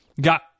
got